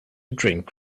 drink